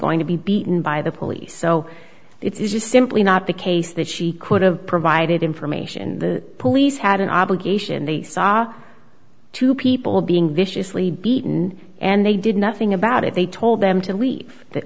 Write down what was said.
going to be beaten by the police so it's just simply not the case that she could have provided information the police had an obligation they saw two people being viciously beaten and they did nothing about it they told them to leave that